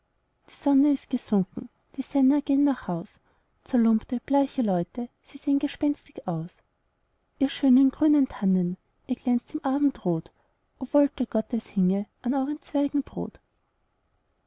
die sonne ist gesunken die senner gehn nach haus zerlumpte bleiche leute sie sehn gespenstig aus ihr schönen grünen tannen ihr glänzt im abendrot o wollte gott es hinge an euren zweigen